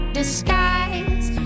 disguise